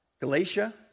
Galatia